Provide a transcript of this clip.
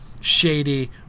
shady